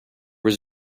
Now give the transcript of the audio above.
was